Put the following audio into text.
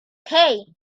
hey